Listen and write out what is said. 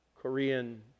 Korean